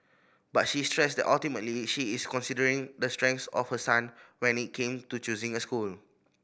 but she stressed that ultimately she is considering the strengths of her son when it came to choosing a school